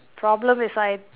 problem is I